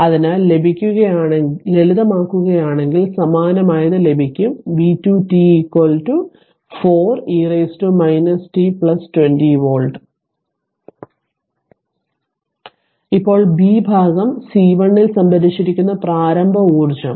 അതിനാൽ ലളിതമാക്കുകയാണെങ്കിൽ സമാനമായത് ലഭിക്കും v2 t 4 e t 20 volt ഇപ്പോൾ b ഭാഗം C 1 ൽ സംഭരിച്ചിരിക്കുന്ന പ്രാരംഭ ഊർജ്ജം